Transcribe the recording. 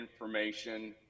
information